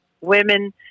women